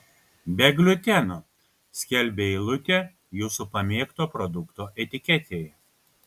be gliuteno skelbia eilutė jūsų pamėgto produkto etiketėje